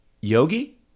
Yogi